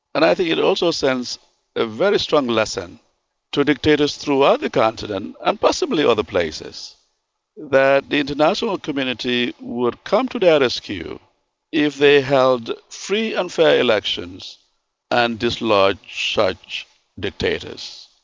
and i think it also sends a very strong lesson to dictators throughout the continent and possibly other places that the international community would come to their rescue if they held free and fair elections and dislodge such dictators.